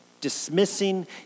dismissing